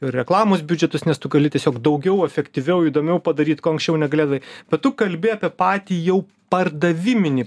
reklamos biudžetus nes tu gali tiesiog daugiau efektyviau įdomiau padaryt ko anksčiau negalėdavai bet tu kalbi apie patį jau pardaviminį